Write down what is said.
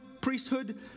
priesthood